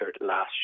last